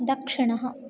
दक्षिणः